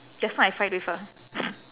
just now I fight with her